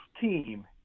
team –